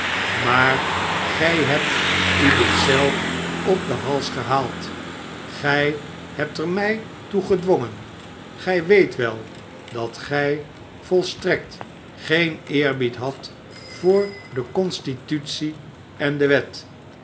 smaar gij hebt u dit zelf op den hals gehaald gij hebt er mij toe gedwongen gij weet wel dat gij volstrekt geen eerbied hadt voor de constitute en dewet